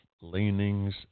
leanings